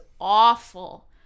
awful